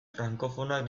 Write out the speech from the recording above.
frankofonoak